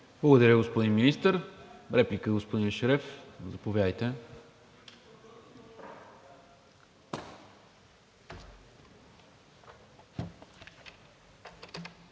Благодаря Ви, господин Министър. Реплика, господин Ешереф? Заповядайте.